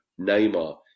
Neymar